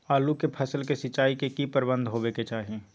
आलू के फसल के सिंचाई के की प्रबंध होबय के चाही?